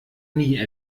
nie